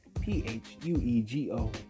p-h-u-e-g-o